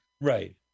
Right